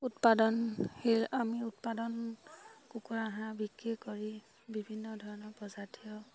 উৎপাদনশীল আমি উৎপাদন কুকুৰা হাঁহ বিক্ৰী কৰি বিভিন্ন ধৰণৰ প্ৰজাতীয়